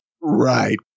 Right